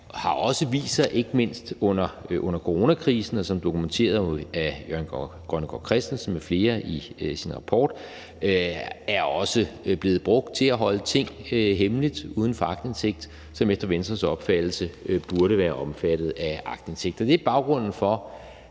har også vist sig, ikke mindst under coronakrisen og som dokumenteret af Jørgen Grønnegård Christensen m.fl. i deres rapport, at være blevet brugt til at holde ting hemmelige og uden for aktindsigt, som efter Venstres opfattelse burde være omfattet af aktindsigt. Det er baggrunden for,